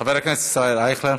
חבר הכנסת ישראל אייכלר,